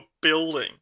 building